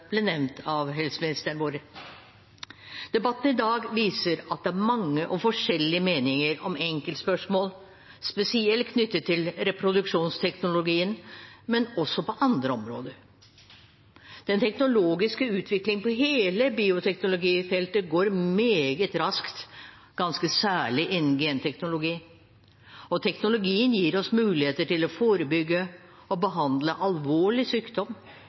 ble nevnt av helseministeren. Debatten i dag viser at det er mange og forskjellige meninger om enkeltspørsmål, spesielt knyttet til reproduksjonsteknologien, men også på andre områder. Den teknologiske utviklingen på hele bioteknologifeltet går meget raskt, ganske særlig innen genteknologi, og teknologien gir oss muligheter til å forebygge og behandle alvorlig sykdom,